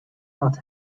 not